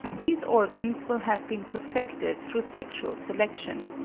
these organs will have been perfected through sexual selection,